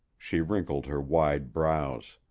she wrinkled her wide brows.